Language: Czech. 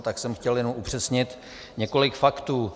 Tak jsem chtěl jenom upřesnit několik faktů.